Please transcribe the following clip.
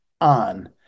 on